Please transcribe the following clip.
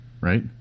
right